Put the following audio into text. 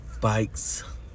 bikes